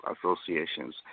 associations